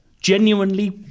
Genuinely